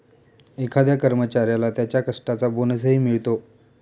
एखाद्या कर्मचाऱ्याला त्याच्या कष्टाचा बोनसही मिळतो